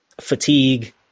fatigue